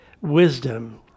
wisdom